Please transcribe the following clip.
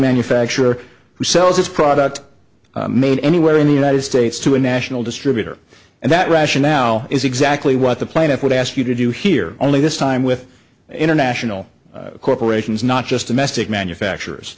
manufacturer who sells its product made anywhere in the united states to a national distributor and that rationale is exactly what the plaintiff would ask you to do here only this time with international corporations not just domestically manufacturers